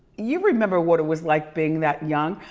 you remember what it was like being that young.